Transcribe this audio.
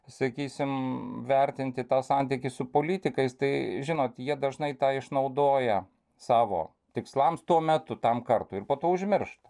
sakysim vertinti tą santykį su politikais tai žinot jie dažnai tą išnaudoja savo tikslams tuo metu tam kartui ir po to užmiršta